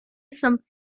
some